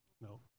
no